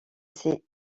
ses